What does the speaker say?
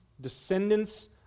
descendants